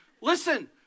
listen